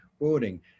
boarding